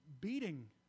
beating